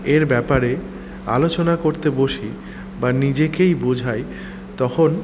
এর ব্যাপারে আলোচনা করতে বসি বা নিজেকেই বোঝাই তখন